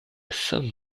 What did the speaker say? somme